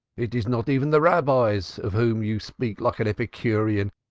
it is not even the rabbis, of whom you speak like an epicurean.